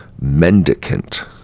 mendicant